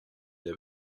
der